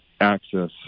access